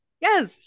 yes